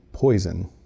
poison